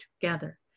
together